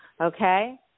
okay